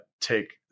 take